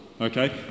Okay